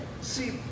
see